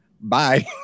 bye